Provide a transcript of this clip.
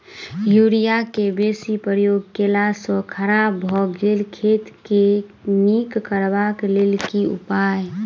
Urea केँ बेसी प्रयोग केला सऽ खराब भऽ गेल खेत केँ नीक करबाक लेल की उपाय?